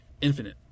Infinite